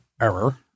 Error